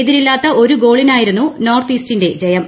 എതിരില്ലാത്ത ഒരു ഗോളിനായിരുന്നു നോർത്ത് ഈസ്റ്റിന്റെ ജയം